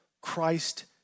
Christ